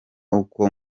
uko